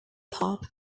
pop